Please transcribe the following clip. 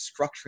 structuring